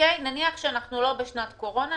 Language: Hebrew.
נניח שאנחנו לא בשנת קורונה,